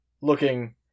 looking